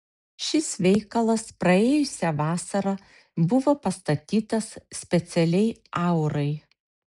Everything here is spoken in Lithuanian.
šis veikalas praėjusią vasarą buvo pastatytas specialiai aurai